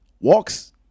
walks